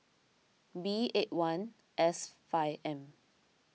B eight one S five M